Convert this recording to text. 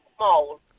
Mole